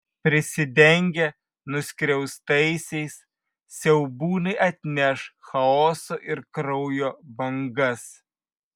prisidengę nuskriaustaisiais siaubūnai atneš chaoso ir kraujo bangas